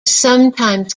sometimes